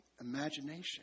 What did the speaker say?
imagination